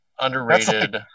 Underrated